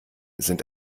sind